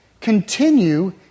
continue